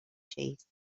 cheese